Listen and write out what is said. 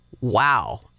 wow